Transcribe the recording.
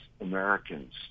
Americans